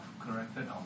corrected